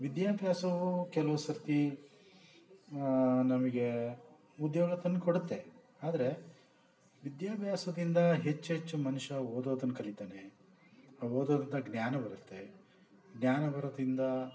ವಿದ್ಯಾಭ್ಯಾಸವು ಕೆಲವು ಸರ್ತಿ ನಮಗೆ ಉದ್ಯೋಗ ತನ್ಕೊಡತ್ತೆ ಆದರೆ ವಿದ್ಯಾಭ್ಯಾಸದಿಂದ ಹೆಚ್ಹೆಚ್ಚು ಮನುಷ್ಯ ಓದೋದನ್ನ ಕಲಿತಾನೆ ಓದೋದ್ರಿಂದ ಜ್ಞಾನ ಬರುತ್ತೆ ಜ್ಞಾನ ಬರೋದ್ರಿಂದ